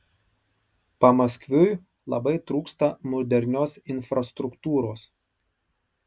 pamaskviui labai trūksta modernios infrastruktūros